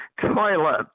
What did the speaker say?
toilet